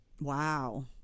Wow